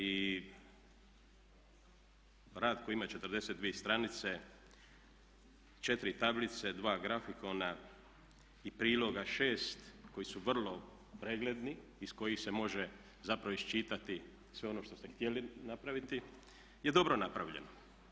I rad koji ima 42 stranice, 4 tablice, 2 grafikona i priloga 6 koji su vrlo pregledni, iz kojih se može zapravo iščitati sve ono što ste htjeli napraviti je dobro napravljeno.